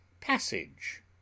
Passage